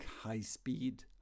high-speed